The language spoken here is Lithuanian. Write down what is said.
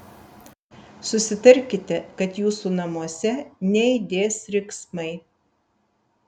susitarkite kad jūsų namuose neaidės riksmai